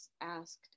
asked